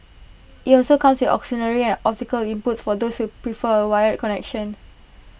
IT also comes with auxiliary and optical inputs for those who prefer A wired connection